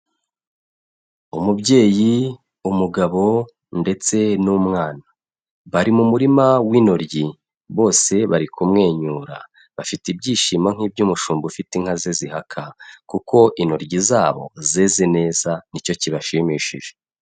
Umubyeyi, umugabo ndetse n'umwana, bari mu murima w'intoryi bose bari kumwenyura, bafite ibyishimo nk'iby'umushumba ufite inka ze zihaka kuko intoryi zabo zeze neza ni cyo kibashimishije.